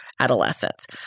adolescents